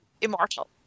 immortal